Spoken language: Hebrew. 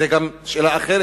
יש גם שאלה אחרת,